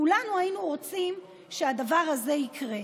כולנו היינו רוצים שהדבר הזה יקרה.